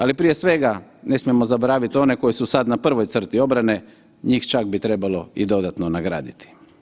Ali, prije svega ne smijemo zaboraviti one koji su sad na prvoj crti obrane, njih čak bi trebalo i dodatno nagraditi.